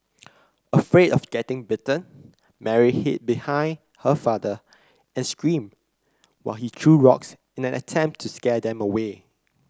afraid of getting bitten Mary hid behind her father and screamed while he threw rocks in an attempt to scare them away